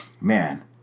man